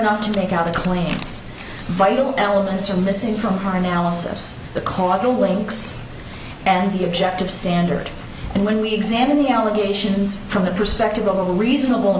enough to make up a claim vital elements are missing from her analysis the causal links and the objective standard and when we examine the allegation from the perspective of a reasonable